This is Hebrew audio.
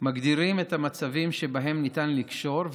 מגדירים את המצבים שבהם ניתן לקשור,